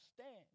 stand